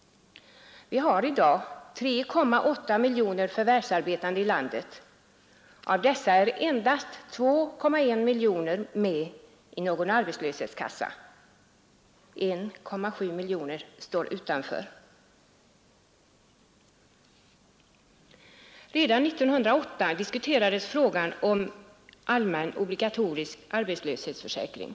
Vi har i dag 3,8 miljoner förvärvsarbetande i landet. Av dessa är endast 2,1 miljoner med i någon arbetslöshetskassa. 1,7 miljoner står utanför. Redan 1908 diskuterades frågan om allmän obligatorisk arbetslöshetsförsäkring.